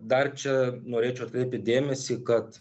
dar čia norėčiau atkreipti dėmesį kad